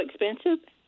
expensive